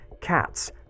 cats